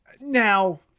Now